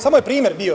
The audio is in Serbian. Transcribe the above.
Samo je primer bio.